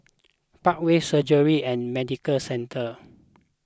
Parkway Surgery and Medical Centre